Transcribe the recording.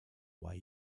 why